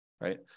right